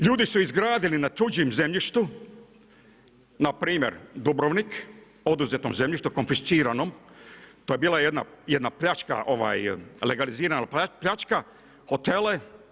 Ljudi su izgradili na tuđem zemljištu npr. Dubrovnik, oduzetom zemljištu, konfisciranom, to je bila jedna pljačka, legalizirana pljačka hotele.